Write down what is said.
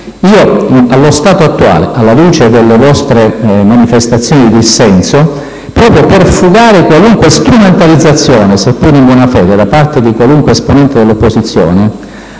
dei provvedimenti, alla luce delle vostre manifestazioni di dissenso, proprio per fugare qualunque strumentalizzazione, seppure in buona fede, da parte di qualunque esponente dell'opposizione,